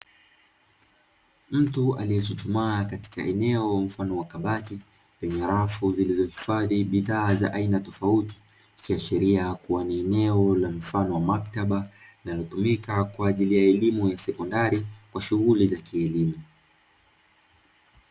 Mtu aliyechuchumaa katika eneo mfano wa kabati, lenye rafu zilizohifadhi bidhaa za aina tofauti ikiashiria kuwa ni eneo mfano wa maktaba, linalotumika kwa ajili ya elimu ya sekondari kwa shughuli za kielimu.